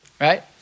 Right